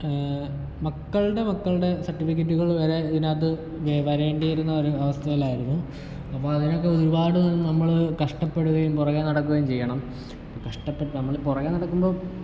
മക്കൾടെ മക്കൾടെ സർട്ടിഫിക്കറ്റുകൾ വരെ ഇതിനകുംത്ത് വരേണ്ടിയിരുന്ന ഒരു അവസ്ഥേലായിരുന്നു അപ്പം അതിനൊക്കെ ഒരുപാട് നമ്മൾ കഷ്ടപ്പെടുകയും പുറകേ നടക്കുകയും ചെയ്യണം ഇപ്പം കഷ്ട്ട നമ്മൾ പുറകേ നടക്കുമ്പോൾ